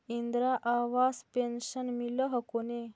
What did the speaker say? Indira Awas pension मिल हको ने?